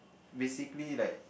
basically like